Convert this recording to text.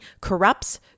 corrupts